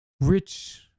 rich